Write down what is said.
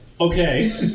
okay